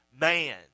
man